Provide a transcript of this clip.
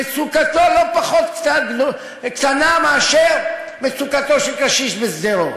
מצוקתו לא פחות קטנה מאשר מצוקתו של קשיש בשדרות.